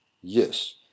yes